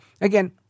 Again